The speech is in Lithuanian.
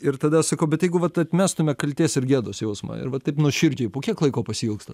ir tada sakau bet jeigu vat atmestume kaltės ir gėdos jausmą ir va taip nuoširdžiai po kiek laiko pasiilgsta